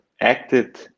acted